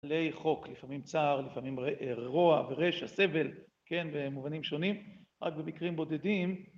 לאי חוק, לפעמים צער, לפעמים רוע ורשע, סבל, כן, במובנים שונים, רק במקרים בודדים